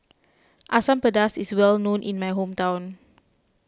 Asam Pedas is well known in my hometown